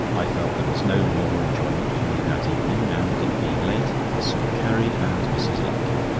i felt there was no more enjoyment for me that evening, and it being late, i sought carrie and mrs. lupkin.